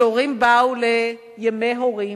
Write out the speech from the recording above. שהורים באו לימי הורים,